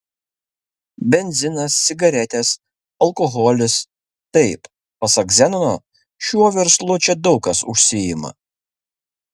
benzinas cigaretės alkoholis taip pasak zenono šiuo verslu čia daug kas užsiima